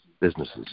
Businesses